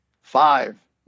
five